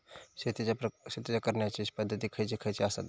शेतीच्या करण्याचे पध्दती खैचे खैचे आसत?